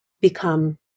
become